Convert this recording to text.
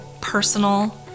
personal